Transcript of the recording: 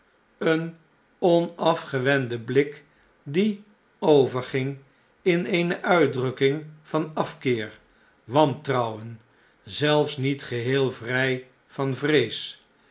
een onafgewenden blik die overging in eene uitdrukking van afkeer wantrouwen zelfs niet geheel vrn van vrees